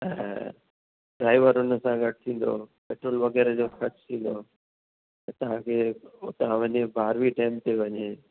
ऐं ड्राइवर उन सां गॾु थींदो पेट्रोल वग़ैरह जो ख़र्चु थींदो त तव्हांखे उतां वञे फ़ारवी डैम ते वञे